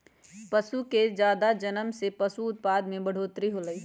पशु के जादा जनम से पशु उत्पाद में बढ़ोतरी होलई ह